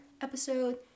episode